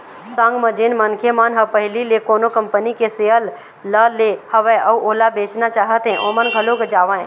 संग म जेन मनखे मन ह पहिली ले कोनो कंपनी के सेयर ल ले हवय अउ ओला बेचना चाहत हें ओमन घलोक जावँय